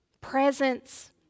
presence